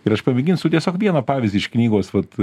ir aš pamėginsiu tiesiog vieną pavyzdį iš knygos vat